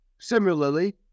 Similarly